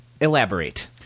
Elaborate